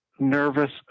nervous